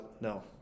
no